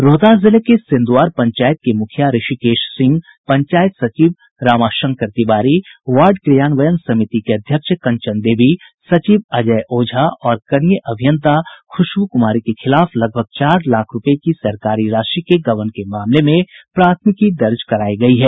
रोहतास जिले के सेंदुआर पंचायत के मुखिया ऋषिकेश सिंह पंचायत सचिव रामाशंकर तिवारी वार्ड क्रियान्वयन समिति की अध्यक्ष कंचन देवी सचिव अजय ओझा और कनीय अभियंता खुशबू कुमारी के खिलाफ लगभग चार लाख रूपये की सरकारी राशि के गबन के मामले में प्राथमिकी दर्ज करायी गयी है